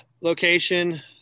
location